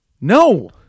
No